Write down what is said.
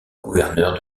gouverneur